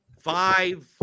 five